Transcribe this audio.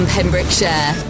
Pembrokeshire